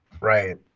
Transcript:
Right